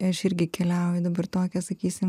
aš irgi keliauju dabar tokią sakysim